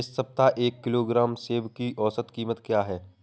इस सप्ताह एक किलोग्राम सेम की औसत कीमत क्या है?